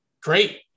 great